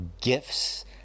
gifts